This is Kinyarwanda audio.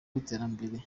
w’iterambere